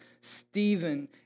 Stephen